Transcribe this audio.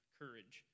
courage